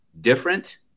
different